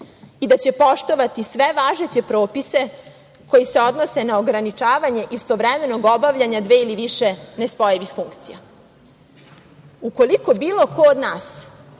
i da će poštovati sve važeće propise koji se odnose na ograničavanje istovremenog obavljanja dve ili više nespojivih funkcija. Ukoliko bilo ko od nas